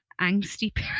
angsty